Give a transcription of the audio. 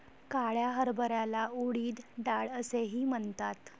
काळ्या हरभऱ्याला उडीद डाळ असेही म्हणतात